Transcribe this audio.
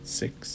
six